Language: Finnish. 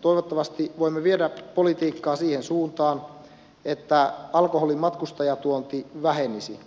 toivottavasti voimme viedä politiikkaa siihen suuntaan että alkoholin matkustajatuonti vähenisi